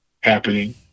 happening